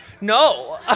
No